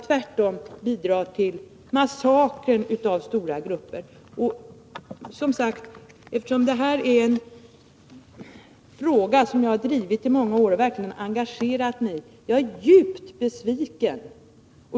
Tvärtom bidrar detta stöd till massakern av stora grupper. Eftersom detta är en fråga som jag har drivit i många år och verkligen engagerat mig i, är jag nu djupt besviken.